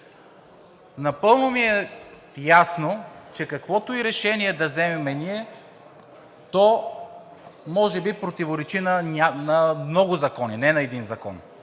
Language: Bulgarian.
Напълно ми е ясно, че каквото и решение да вземем ние, то може би противоречи на много закони, не на един закон.